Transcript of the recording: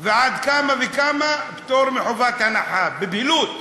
ועד כמה וכמה, פטור מחובת הנחה, בבהילות,